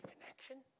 connection